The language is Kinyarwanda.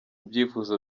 byifuzo